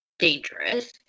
dangerous